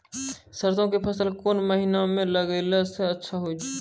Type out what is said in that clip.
सरसों के फसल कोन महिना म लगैला सऽ अच्छा होय छै?